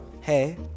Hey